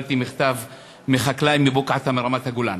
קיבלתי מכתב מחקלאי מבוקעאתא ברמת-הגולן: